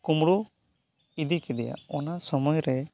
ᱠᱩᱢᱲᱩ ᱤᱫᱤ ᱠᱮᱫᱮᱭᱟ ᱚᱱᱟ ᱥᱚᱢᱚᱭ ᱨᱮ